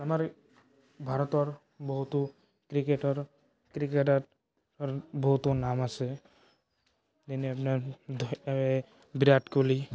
আমাৰ ভাৰতৰ বহুতো ক্ৰিকেটাৰ ক্ৰিকেটাৰৰ বহুতো নাম আছে যেনে আপোনাৰ বিৰাট কোহলি